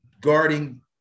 guarding